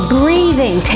breathing